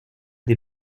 des